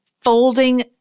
folding